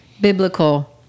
biblical